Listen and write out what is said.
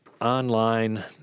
online